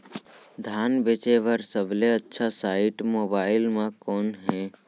धान बेचे बर सबले अच्छा साइट मोबाइल म कोन हे?